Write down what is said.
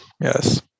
yes